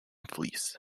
fleece